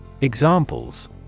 Examples